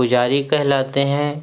پجاری کہلاتے ہیں